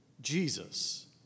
Jesus